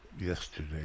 yesterday